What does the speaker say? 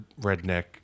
redneck